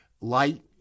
light